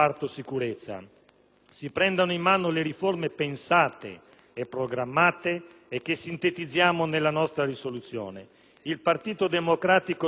Si prendano in mano le riforme pensate e programmate, e che sintetizziamo nella nostra proposta di risoluzione. Il Partito Democratico non si chiude a riccio,